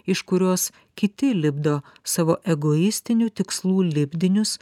iš kurios kiti lipdo savo egoistinių tikslų lipdinius